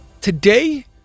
today